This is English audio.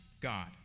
God